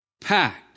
packed